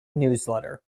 newsletter